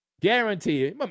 guarantee